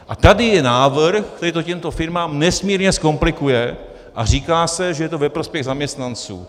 A tady je návrh, který to těmto firmám nesmírně zkomplikuje a říká se, že to je ve prospěch zaměstnanců.